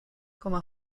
com